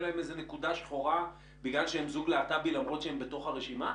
להם נקודה שחורה בגלל שהם זוג להט"בי למרות שהם בתוך הרשימה?